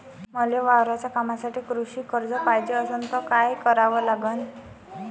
मले वावराच्या कामासाठी कृषी कर्ज पायजे असनं त काय कराव लागन?